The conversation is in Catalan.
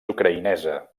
ucraïnesa